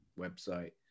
website